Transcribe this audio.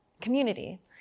community